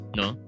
no